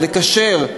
זה לקשר,